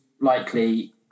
likely